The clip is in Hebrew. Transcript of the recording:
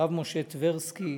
הרב משה טברסקי,